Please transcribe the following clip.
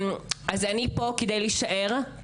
אני פה כדי להישאר,